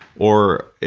or,